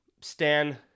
Stan